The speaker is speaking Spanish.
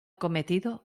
cometido